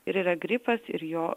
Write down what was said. ir yra gripas ir jo